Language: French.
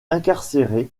incarcéré